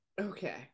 okay